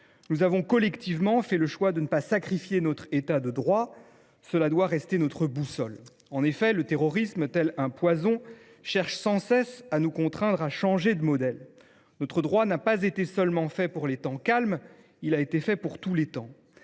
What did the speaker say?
Nous avons collectivement fait le choix de ne pas sacrifier notre État de droit. Cela doit rester notre boussole. En effet, le terrorisme, tel un poison, cherche sans cesse à nous contraindre à changer de modèle. Notre droit n’a pas été fait seulement pour les temps calmes ! Dès lors, lutter